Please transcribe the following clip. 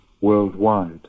worldwide